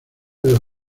del